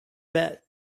bet